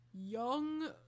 young